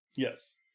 Yes